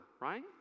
right